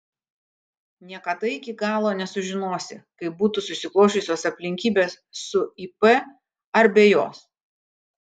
niekada iki galo nesužinosi kaip būtų susiklosčiusios aplinkybės su ip ar be jos